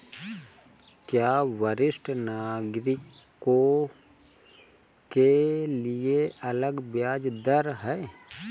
क्या वरिष्ठ नागरिकों के लिए अलग ब्याज दर है?